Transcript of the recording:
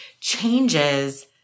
changes